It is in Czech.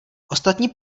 ostatní